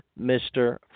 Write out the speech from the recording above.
Mr